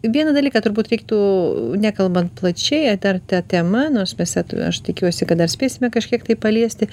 vieną dalyką turbūt reiktų nekalbant plačiai a dar ta tema nors mes ją aš tikiuosi kad dar spėsime kažkiek tai paliesti